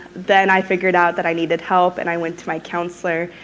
then, i figured out that i needed help and i went to my counselor,